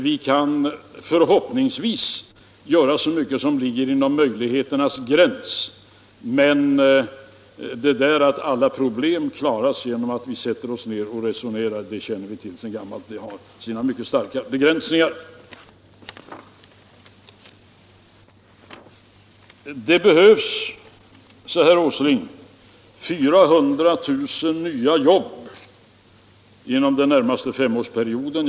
Vi kan förhoppningsvis göra så mycket som ligger inom möjligheternas gräns. Men möjligheterna att klara alla problem bara vi sätter oss ned och resonerar är, det känner vi till sedan gammalt, mycket starkt begränsade. Det behövs, sade herr Åsling, 400 000 nya jobb inom den närmaste femårsperioden.